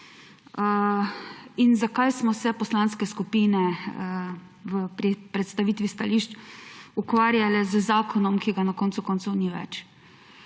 in zakaj smo se poslanske skupine pri predstavitvi stališč ukvarjale z zakonom, ki ga na koncu koncev ni več.